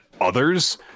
others